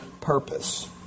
purpose